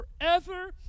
forever